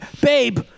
babe